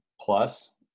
plus